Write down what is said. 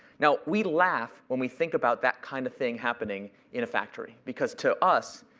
now, we laugh when we think about that kind of thing happening in a factory. because to us,